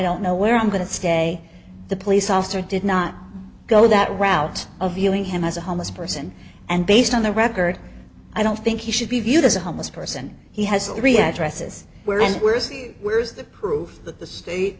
don't know where i'm going to stay the police officer did not go that route of viewing him as a homeless person and based on the record i don't think he should be viewed as a homeless person he has a reactor esus where in the worst where's the proof that the state